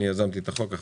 אני יזמתי את החוק,